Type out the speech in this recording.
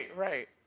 right.